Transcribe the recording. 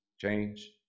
change